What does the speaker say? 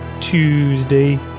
Tuesday